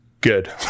Good